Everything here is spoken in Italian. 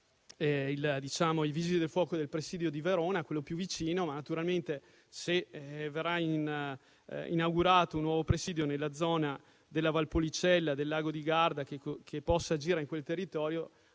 Vigili del fuoco del presidio di Verona, quello più vicino, ma naturalmente, se verrà inaugurato un nuovo presidio nella zona della Valpolicella e del Lago di Garda che possa agire su quel territorio,